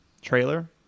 trailer